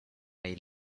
may